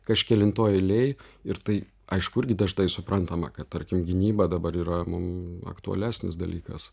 kažkelintoj eilėj ir tai aišku irgi dažnai suprantama kad tarkim gynyba dabar yra mum aktualesnis dalykas